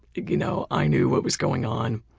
you know i knew what was going on.